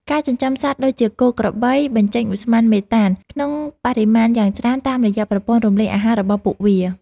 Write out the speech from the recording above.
ការចិញ្ចឹមសត្វដូចជាគោក្របី បញ្ចេញឧស្ម័នមេតាន ក្នុងបរិមាណយ៉ាងច្រើនតាមរយៈប្រព័ន្ធរំលាយអាហាររបស់ពួកវា។